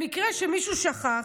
למקרה שמישהו שכח,